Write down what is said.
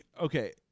okay